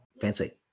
Fancy